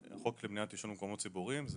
החוק למניעת עישון במקומות ציבוריים זה